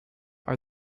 are